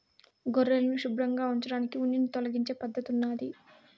గొర్రెలను శుభ్రంగా ఉంచడానికి ఉన్నిని తొలగించే పద్ధతి ఉన్నాది